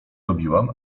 robiłam